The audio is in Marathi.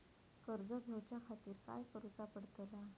कर्ज घेऊच्या खातीर काय करुचा पडतला?